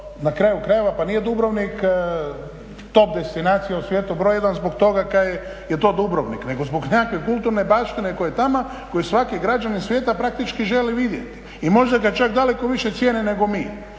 na kraju krajeva pa nije Dubrovnik top destinacija u svijetu i broj 1. zbog toga kaj je to Dubrovnik nego zbog nekakve kulturne baštine koju svaki građanin svijeta praktički želi vidjeti. I možda ga čak daleko više cijene nego mi.